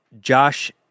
Josh